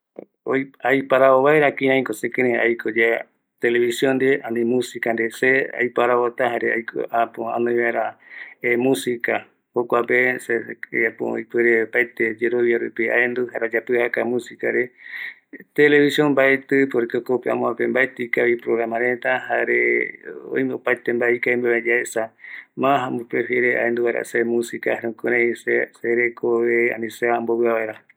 Ma ko yavɨa katu gue, yande mbaeti yae ñanoi tele, musica porque jayae ko aesa, jae jokua jekopegua yande jukurai yae omboipita ma iru va mbae ñanekirei yayapo,, jare ñanekirei yaesa va, jare ñanekirei yaparaikiyae yayapo, mbaeti reve ñanoi kua reta, ikavi ko esa se ayepokua vi ayapo mbae